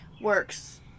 works